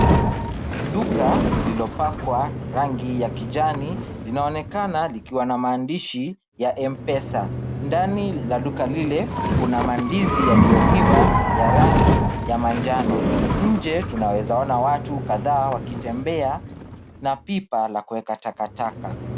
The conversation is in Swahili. Duka lililopakwa rangi ya kijani linaonekana likiwa na maandishi ya M-pesa. Ndani la duka lile kuna mandizi yaliyoiva ya rangi ya manjano. Nje tunaweza ona watu kadhaa wakitembea na pipa la kuweka takataka.